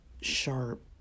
sharp